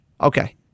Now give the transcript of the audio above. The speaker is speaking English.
Okay